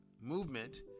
movement